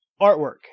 Artwork